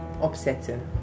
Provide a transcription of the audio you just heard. upsetting